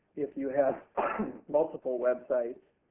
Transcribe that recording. if you have multiple websites,